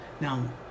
now